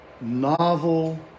novel